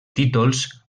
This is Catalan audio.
títols